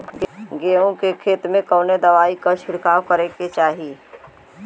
गेहूँ के खेत मे कवने दवाई क छिड़काव करे के चाही?